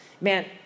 Man